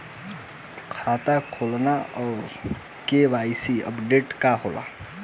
खाता खोलना और के.वाइ.सी अपडेशन का होला?